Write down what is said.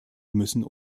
müssen